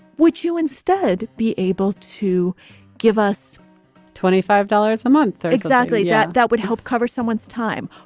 which you instead be able to give us twenty five dollars a month. exactly. that that would help cover someone's time.